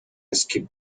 skip